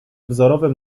wzorowym